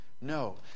No